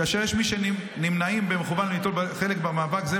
כאשר יש מי שנמנעים במכוון מליטול חלק במאבק זה,